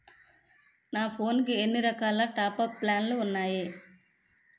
నా ఫోన్ కి ఎన్ని రకాల టాప్ అప్ ప్లాన్లు ఉన్నాయి?